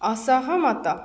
ଅସହମତ